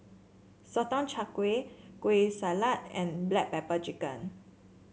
Sotong Char Kway Kueh Salat and Black Pepper Chicken